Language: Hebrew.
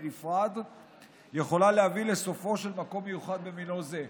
בנפרד יכולה להביא לסופו של מקום מיוחד במינו זה.